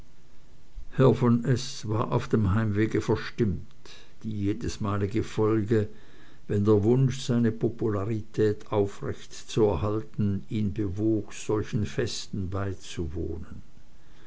herr von s war auf dem heimwege verstimmt die jedesmalige folge wenn der wunsch seine popularität aufrecht zu erhalten ihn bewog solchen festen beizuwohnen